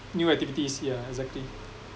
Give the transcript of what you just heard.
new activities yeah exactly